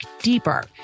deeper